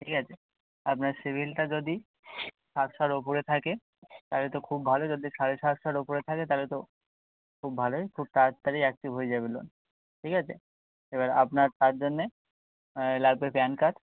ঠিক আছে আপনার সিভিলটা যদি পাঁচশোর ওপরে থাকে তাহলে তো খুব ভালো যদি সাড়ে সাতশোর ওপরে থাকে তাহলে তো খুব ভালোই খুব তাড়াতাড়ি অ্যাক্টিভ হয়ে যাবে লোন ঠিক আছে এবার আপনার তার জন্যে লাগবে প্যান কার্ড